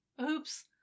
Oops